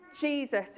Jesus